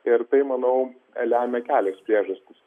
ir tai manau lemia kelios priežastys